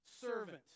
servant